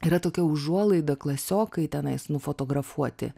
yra tokia užuolaida klasiokai tenais nufotografuoti